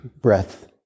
breath